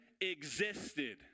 existed